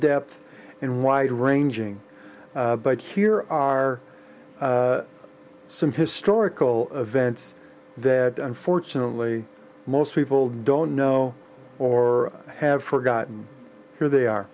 depth in wide ranging but here are some historical events that unfortunately most people don't know or have forgotten who they are